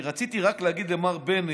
אני רציתי רק להגיד למר בנט: